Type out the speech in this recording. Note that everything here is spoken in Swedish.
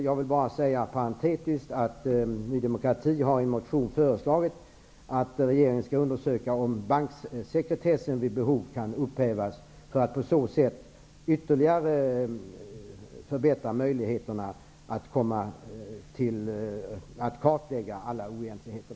Jag vill inom parentes säga att Ny demokrati i en motion har föreslagit att regeringen skall undersöka om banksekretessen vid behov kan upphävas för att ytterligare förbättra möjligheterna att kartlägga alla oegentligheter.